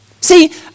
See